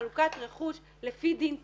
ובחלוקת רכוש לפי דין תורה,